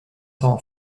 temps